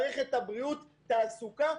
מערכת הבריאות ותעסוקה,